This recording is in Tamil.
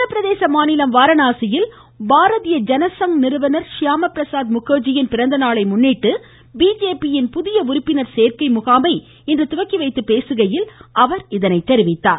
உத்தரப்பிரதேச மாநிலம் வாரணாசியில் பாரதீய ஜனசங் நிறுவனர் ஷ்யாமா பிரசாத் முகர்ஜியின் பிறந்தநாளை முன்னிட்டு பிஜேபி யின் புதிய உறுப்பினர் சோ்க்கை முகாமை இன்று துவக்கி வைத்துப் பேசுகையில் இதனை தெரிவித்தார்